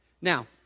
Now